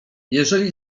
jeżeli